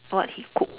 what he cook